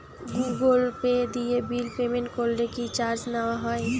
Google Pay দিয়ে bill payment করলে কি চার্জ নেওয়া হয়?